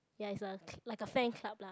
ya is a cl~ like a fan club lah